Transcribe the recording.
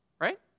Right